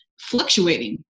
fluctuating